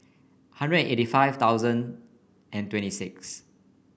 hundred eighty five thousand and twenty six